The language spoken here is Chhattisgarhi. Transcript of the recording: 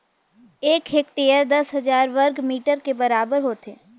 एक हेक्टेयर दस हजार वर्ग मीटर के बराबर होथे